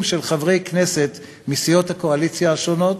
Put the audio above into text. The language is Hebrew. של חברי כנסת מסיעות הקואליציה השונות,